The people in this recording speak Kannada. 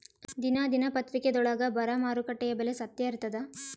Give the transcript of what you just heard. ದಿನಾ ದಿನಪತ್ರಿಕಾದೊಳಾಗ ಬರಾ ಮಾರುಕಟ್ಟೆದು ಬೆಲೆ ಸತ್ಯ ಇರ್ತಾದಾ?